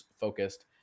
focused